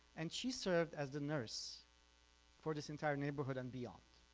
and she served as the nurse for this entire neighborhood and beyond.